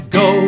go